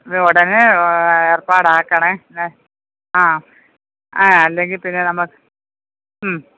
ഉടനെ ഏർപ്പാടാക്കണേ ഏ ആ ആ അല്ലെങ്കിൽ പിന്നെ നമ്മ ഉം